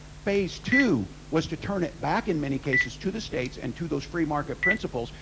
phase two was to turn it back, in many cases, to the states and to those free market principles,